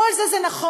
כל זה נכון.